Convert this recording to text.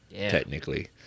technically